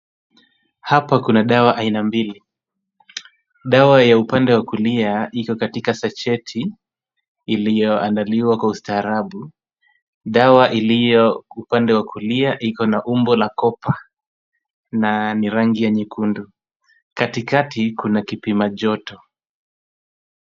Hapa kuna dawa aina mbili. Dawa ya upande wa kulia iko katika sacheti iliyoandaliwa kwa ustaarabu. Dawa iliyo upande wa kulia iko na umbo la kopa na ni rangi ya nyekundu. Katikati kuna kipimajoto.